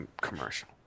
commercial